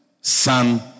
son